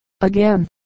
Again